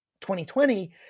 2020